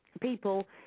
people